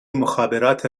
مخابرات